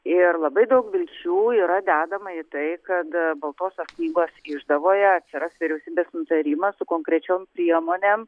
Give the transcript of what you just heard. ir labai daug vilčių yra dedama į tai kad baltosios knygos išdavoje atsiras vyriausybės nutarimas su konkrečiom priemonėm